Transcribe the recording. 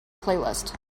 playlist